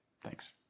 Thanks